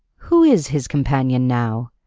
who is his companion now?